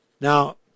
now